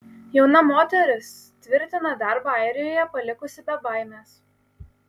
jauna moteris tvirtina darbą airijoje palikusi be baimės